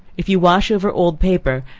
if you wash over old paper,